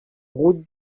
route